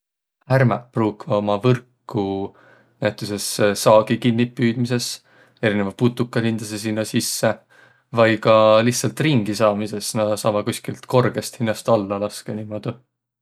Härmäq pruukvaq umma võrku näütüses saagi kinniqpüüdmises. Erineväq putukaq lindasõq sinnäq sisse. Vai ka lihtsält ringisaamisõs, na saavaq kostki korgõst hinnäst alla laskõq niimuudu.